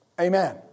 Amen